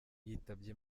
yitabye